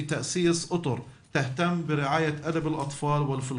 והייתה שותפה בהקמה של מוסדות אזרחיים המתמחים בשימור וחקר ספרות